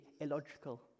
illogical